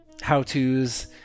how-tos